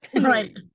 right